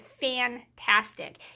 fantastic